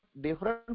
different